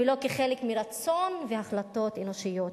ולא כחלק מרצון והחלטות אנושיות.